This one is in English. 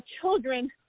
children